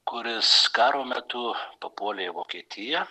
kuris karo metu papuolė į vokietiją